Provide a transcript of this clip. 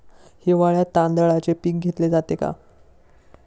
हिवाळ्यात तांदळाचे पीक घेतले जाते का?